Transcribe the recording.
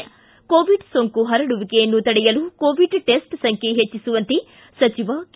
ಿ ಕೋವಿಡ್ ಸೋಂಕು ಪರಡುವಿಕೆಯನ್ನು ತಡೆಯಲು ಕೋವಿಡ್ ಟೆಸ್ಟ್ ಸಂಖ್ಯೆ ಹೆಚ್ಚಿಸುವಂತೆ ಸಚಿವ ಕೆ